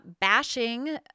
bashing